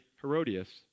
Herodias